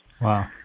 Wow